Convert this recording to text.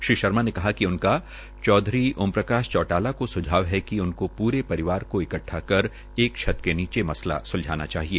उन्होंने कहा कि उनका चौधरी ओम प्रकाश चौटाला को सुझाव है कि उनको पूरे परिवार को इकट्टा कर एक छत के नीचे मसला सुलझाना चाहिए